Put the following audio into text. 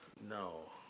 No